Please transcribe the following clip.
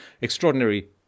extraordinary